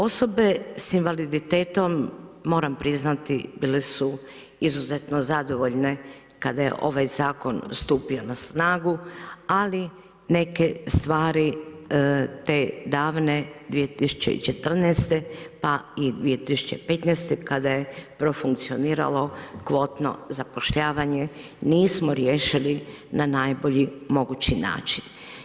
Osobe s invaliditetom, moram priznati bile su izuzetno zadovoljne kada je ovaj zakon stupio na snagu ali neke stvari te davne 2014. pa i 2015. kada je profunkcioniralo kvotno zapošljavanje nismo riješili na najbolji mogući način.